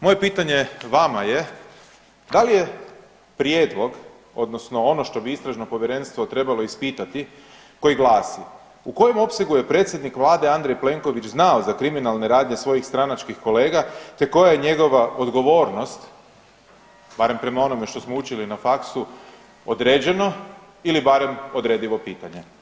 Moje pitanje vama je da li je prijedlog odnosno ono što bi istražno povjerenstvo trebalo ispitati koji glasi, u kojem opsegu je predsjednik vlade Andrej Plenković znao za kriminalne radnje svojih stranačkih kolega, te koja je njegova odgovornost, barem prema onome što smo učili na faksu određeno ili barem odredivo pitanje?